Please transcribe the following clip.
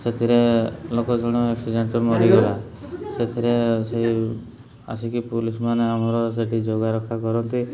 ସେଥିରେ ଲୋକ ଜଣେ ଆକ୍ସିଡେଣ୍ଟ୍ରେ ମରିଗଲା ସେଥିରେ ସେ ଆସିକି ପୋଲିସ୍ମାନେ ଆମର ସେଠି ଯଗାରଖା କରନ୍ତି